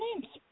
names